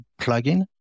plugin